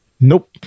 Nope